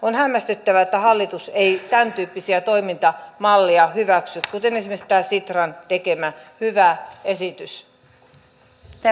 on hämmästyttävää että hallitus ei tämäntyyppisiä toimintamalleja hyväksy kuin esimerkiksi tämä sitran tekemä hyvä esitys